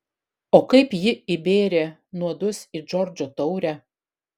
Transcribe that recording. o kaip ji įbėrė nuodus į džordžo taurę